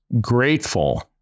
grateful